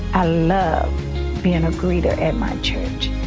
i love being a greeter at my church.